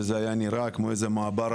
כשזה היה נראה כמו איזה מעברה.